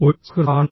ഒരു സുഹൃത്താണോ